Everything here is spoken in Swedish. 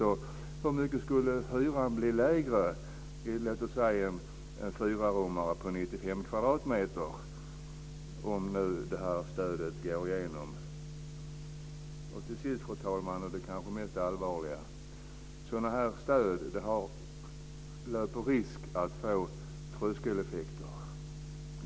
Hur mycket lägre skulle hyran bli för en fyrarummare på 95 kvadratmeter, om nu förslaget om investeringsstöd går igenom? Fru talman! Till sist det kanske mest allvarliga: Sådana här stöd löper risk att ge tröskeleffekter.